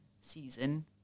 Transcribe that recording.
season